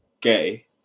gay